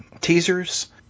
teasers